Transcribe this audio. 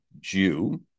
Jew